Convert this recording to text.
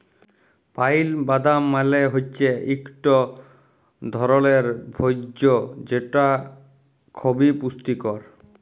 pile বাদাম মালে হৈচ্যে ইকট ধরলের ভোজ্য যেটা খবি পুষ্টিকর